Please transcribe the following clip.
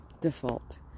default